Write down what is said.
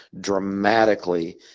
dramatically